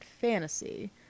fantasy